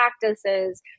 practices